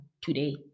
today